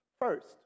First